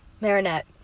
Marinette